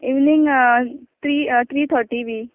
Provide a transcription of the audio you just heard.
evening three three thirty B